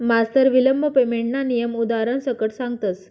मास्तर विलंब पेमेंटना नियम उदारण सकट सांगतस